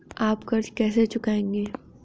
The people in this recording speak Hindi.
आप कर्ज कैसे चुकाएंगे?